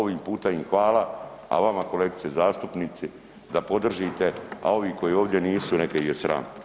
Ovim putem im hvala, a vama kolegice zastupnici da podržite, a ovi koji ovdje nisu neka ih je sram.